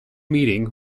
meeting